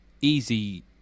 Easy